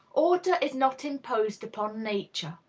order is not imposed upon nature.